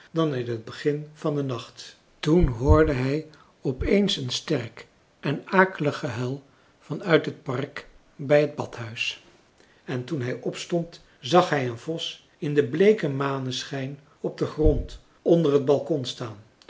dan in t begin van den nacht toen hoorde hij op eens een sterk en akelig gehuil van uit het park bij het badhuis en toen hij opstond zag hij een vos in den bleeken maneschijn op den grond onder het balkon staan